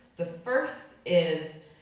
the first is,